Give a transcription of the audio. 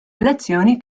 elezzjoni